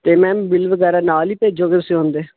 ਅਤੇ ma'am bill ਵਗੈਰਾ ਨਾਲ ਹੀ ਭੇਜੋਗੇ ਤੁਸੀਂ ਉਹਦੇ